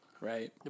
Right